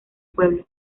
pueblo